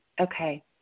Okay